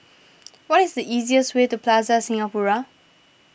what is the easiest way to Plaza Singapura